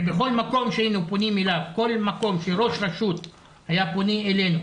ובכל מקום שראש רשות מקומית היה פונה אלינו